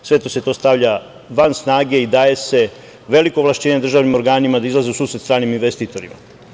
Sve se to stavlja van snage i daje se veliko ovlašćenje državnim organima da izađu u susret strani investitorima.